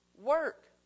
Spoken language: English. work